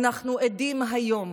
אנחנו עדים היום